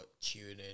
tuning